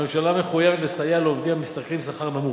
הממשלה מחויבת לסייע לעובדים המשתכרים שכר נמוך.